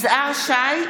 שי,